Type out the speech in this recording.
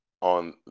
on